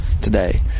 today